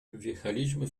wjechaliśmy